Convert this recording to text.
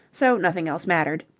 so nothing else mattered.